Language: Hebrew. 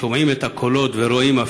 שומעים את הקולות ורואים,